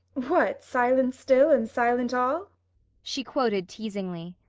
what silent still and silent all she quoted teasingly.